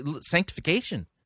sanctification